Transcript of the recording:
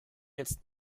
jetzt